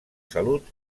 salut